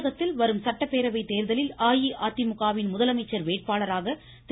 தமிழகத்தில் வரும் சட்டப்பேரவை தேர்தலில் அஇஅதிமுக வின் முதலமைச்சர் வேட்பாளராக திரு